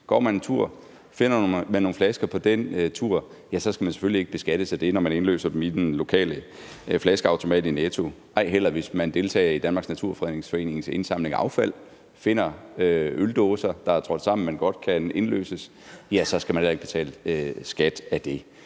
går en tur og finder nogle flasker på den tur, ja, så skal man selvfølgelig ikke beskattes af det, når man indløser dem i den lokale flaskeautomat i Netto; ej heller, hvis man deltager i Danmarks Naturfredningsforenings indsamling af affald og finder sammentrådte øldåser, som godt kan indløses, skal man betale skat af det.